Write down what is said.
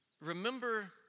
remember